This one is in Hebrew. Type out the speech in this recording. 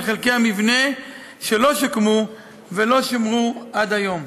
חלקי המבנה שלא שוקמו ולא שומרו עד היום.